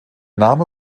name